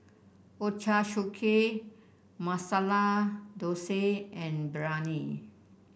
Ochazuke Masala Dosa and Biryani